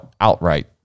outright